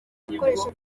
ibikoresho